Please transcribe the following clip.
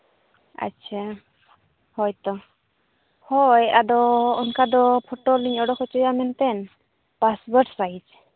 ᱟᱪᱪᱷᱟ ᱦᱳᱭ ᱛᱚ ᱦᱳᱭ ᱟᱫᱚ ᱚᱱᱠᱟ ᱫᱚ ᱯᱷᱳᱴᱳ ᱞᱤᱧ ᱚᱰᱚᱠ ᱦᱚᱪᱚᱭᱟ ᱢᱮᱱᱛᱮ ᱯᱟᱥᱯᱳᱨᱴ ᱥᱟᱭᱤᱡᱽ